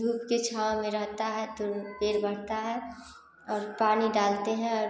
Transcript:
धूप के छाँव में रहता है तो पेड़ बढ़ता है और पानी डालते हैं और